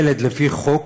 ילד לפי החוק